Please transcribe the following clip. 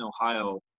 Ohio